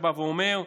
שבא ואומר: